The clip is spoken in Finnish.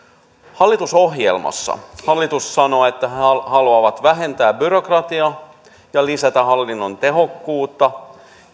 hallitusohjelmassa hallitus sanoo että he haluavat vähentää byrokratiaa ja lisätä hallinnon tehokkuutta